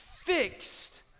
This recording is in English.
Fixed